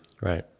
right